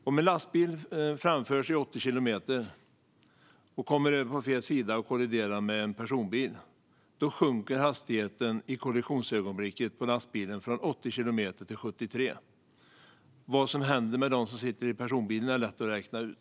Om en lastbil framförs i 80 kilometer i timmen och kommer över på fel sida och kolliderar med en personbil sjunker hastigheten på lastbilen i kollisionsögonblicket från 80 kilometer i timmen till 73 kilometer i timmen. Vad som händer med dem som sitter i personbilen är lätt att räkna ut.